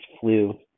flu